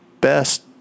best